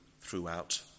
throughout